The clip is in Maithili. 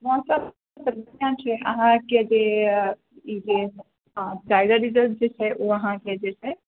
मौसम बढ़िआँ छै अहाँकेँ जे जे टाइगर रिजर्व जे छै ओ अहाँकेँ जे छै